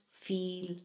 feel